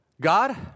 God